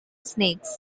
snakes